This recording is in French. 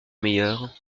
meilleure